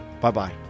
Bye-bye